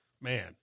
man